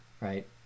Right